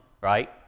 right